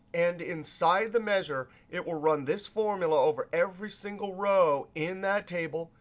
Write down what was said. and inside the measure, it will run this formula over every single row in that table,